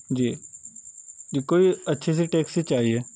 جی جی کوئی اچھی سی ٹیکسی چاہیے